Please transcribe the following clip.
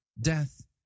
Death